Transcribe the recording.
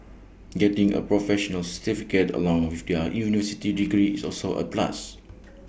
getting A professional certificate along with their university degree is also A plus